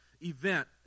event